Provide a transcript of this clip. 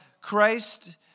Christ